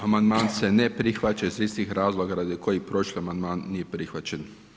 Amandman se ne prihvaća iz istih razloga radi kojih prošli amandman nije prihvaćen.